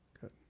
Good